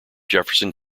jefferson